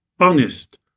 honest